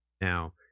Now